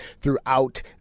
throughout